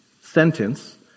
sentence